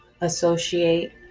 associate